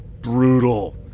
brutal